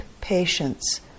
patience